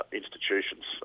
institutions